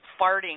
farting